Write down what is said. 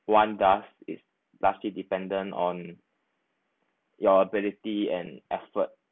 one does is largely dependent on your ability and effort